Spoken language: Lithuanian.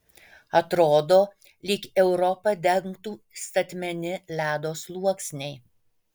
atrodo lyg europą dengtų statmeni ledo sluoksniai